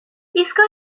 ایستگاه